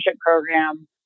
program